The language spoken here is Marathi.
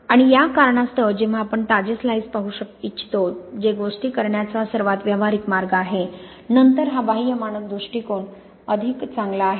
आणि या कारणास्तव जेव्हा आपण ताजे स्लाइस पाहू इच्छिता जे गोष्टी करण्याचा सर्वात व्यावहारिक मार्ग आहे नंतर हा बाह्य मानक दृष्टीकोन अधिक चांगला आहे